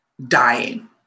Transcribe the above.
Dying